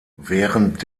während